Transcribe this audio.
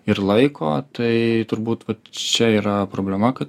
ir laiko tai turbūt vat čia yra problema kad